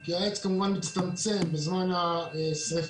כי העץ כמובן מצטמצם בזמן השריפה,